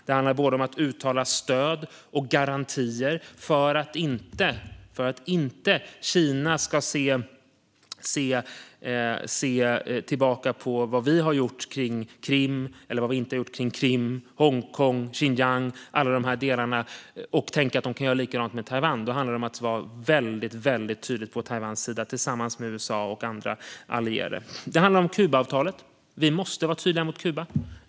Det handlar om att uttala stöd och garantier så att Kina inte tänker att eftersom vi inget gjorde åt Krim, Hongkong och Xinjiang kommer vi inte heller att göra något åt Taiwan. Det handlar alltså om att vi allierade är väldigt tydliga när det gäller Taiwan. När det gäller Kubaavtalet måste vi vara tydliga mot Kuba.